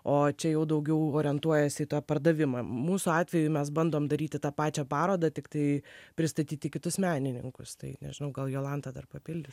o čia jau daugiau orientuojasi į tą pardavimą mūsų atveju mes bandom daryti tą pačią parodą tiktai pristatyti kitus menininkus tai nežinau gal jolanta dar papildys